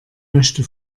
möchte